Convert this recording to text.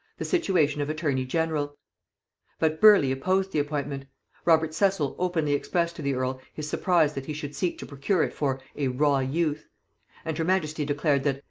the situation of attorney-general but burleigh opposed the appointment robert cecil openly expressed to the earl his surprise that he should seek to procure it for a raw youth and her majesty declared that,